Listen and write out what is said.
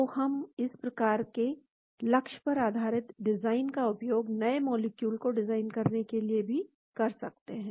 तो हम इस प्रकार के लक्ष्य पर आधारित डिजाइन का उपयोग नए मॉलिक्यूल को डिजाइन करने के लिए भी कर सकते हैं